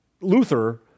Luther